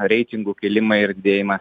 reitingų kilimą ir didėjimą